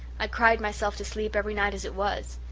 i cried myself to sleep every night as it was.